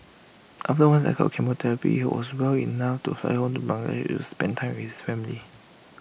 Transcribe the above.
after one cycle of chemotherapy he was well enough to fly home to Bangladesh to spend time with his family